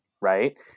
right